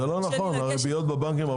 זה לא נכון, הריביות בבנקים הרבה יותר נמוכות.